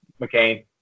McCain